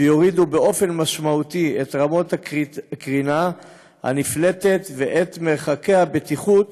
שיורידו באופן משמעותי את רמות הקרינה הנפלטת ואת מרחקי הבטיחות